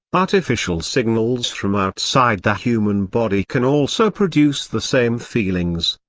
artificial signals from outside the human body can also produce the same feelings.